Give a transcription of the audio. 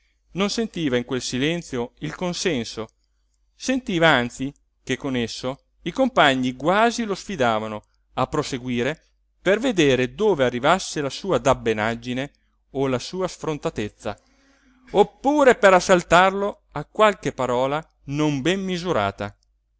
non sentiva in quel silenzio il consenso sentiva anzi che con esso i compagni quasi lo sfidavano a proseguire per veder dove arrivasse la sua dabbenaggine o la sua sfrontatezza oppure per assaltarlo a qualche parola non ben misurata